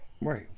Right